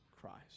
Christ